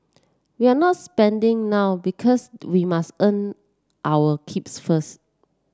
we're not spending now because we must earn our keeps first